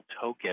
token